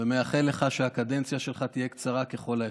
ומאחל לך שהקדנציה שלך תהיה קצרה ככל האפשר.